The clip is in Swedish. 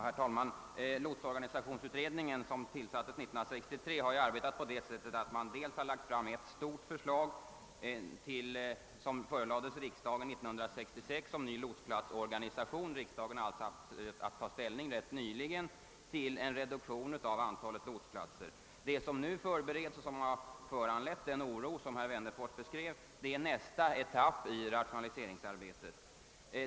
Herr talman! Lotsorganisationsutredningen, som tillsattes 1963, har lagt fram ett genomgripande förslag om ny lotsplatsorganisation, vilket förelades riksdagen 1966. Riksdagen har alltså rätt nyligen haft att ta ställning till en reduktion av antalet lotsplatser. Det som har föranlett den oro som herr Wennerfors beskrev är nästa etapp i rationaliseringsarbetet som nu förbereds.